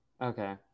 Okay